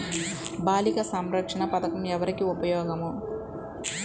బాలిక సంరక్షణ పథకం ఎవరికి ఉపయోగము?